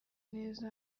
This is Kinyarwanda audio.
neza